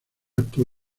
actuó